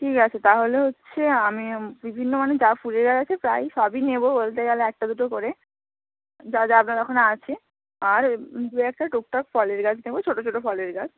ঠিক আছে তাহলে হচ্ছে আমি বিভিন্ন মানে যা ফুলের গাছ আছে প্রায় সবই নেবো বলতে গেলে একটা দুটো করে যা যা আপনাদের ওখানে আছে আর দু একটা টুকটাক ফলের গাছ নেবো ছোটো ছোটো ফলের গাছ